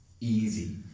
easy